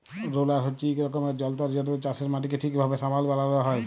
roller হছে ইক রকমের যল্তর যেটতে চাষের মাটিকে ঠিকভাবে সমাল বালাল হ্যয়